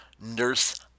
Nurse